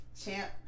Champ